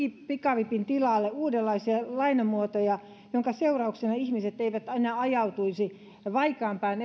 pikavipin tilalle uudenlaisia lainamuotoja joiden seurauksena ihmiset eivät ajautuisi aina vain vaikeampaan